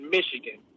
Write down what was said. Michigan